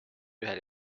ühel